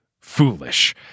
foolish